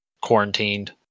quarantined